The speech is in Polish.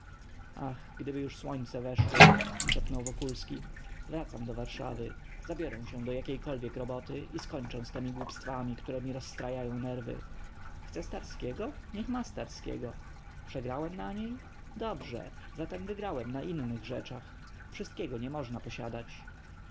ach gdyby już słońce weszło szepnął wokulski wracam do warszawy zabiorę się do jakiejkolwiek roboty i skończę z temi głupstwami które mi rozstrajają nerwy chce starskiego niech ma starskiego przegrałem na niej dobrze zato wygrałem na innych rzeczach wszystkiego nie można posiadać